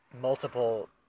multiple